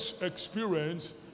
experience